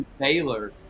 Baylor